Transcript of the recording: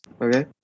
okay